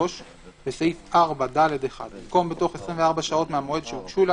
3. בסעיף 4(ד)(1) במקום: "בתוך 24 שעות מהמועד שהוגשו לה",